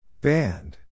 band